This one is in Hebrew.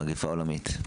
מגיפה עולמית.